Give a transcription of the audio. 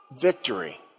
victory